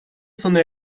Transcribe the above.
sona